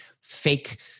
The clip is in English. fake